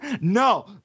no